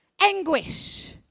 anguish